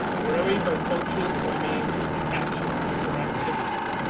what i mean by functions? i mean actions or activities.